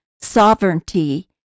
sovereignty